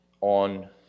on